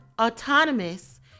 autonomous